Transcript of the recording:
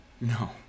No